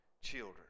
children